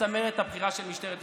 לצמרת הבכירה של משטרת ישראל.